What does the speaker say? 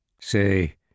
Say